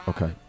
Okay